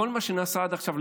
כל מה שנעשה עד עכשיו,